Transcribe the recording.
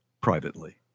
privately